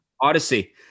Odyssey